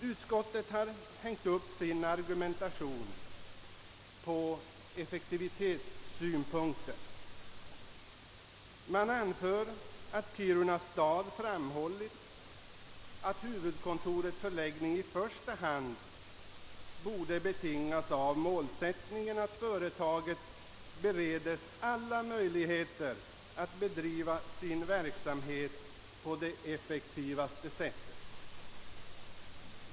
Utskottet har hängt upp sin argumentation på effektivitetssynpunkten. Det anför att Kiruna stad framhållit att huvudkontorets förläggning i första hand borde betingas av målsättningen att företaget beredes alla möjligheter att bedriva sin verksamhet på det effektivaste sättet.